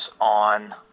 on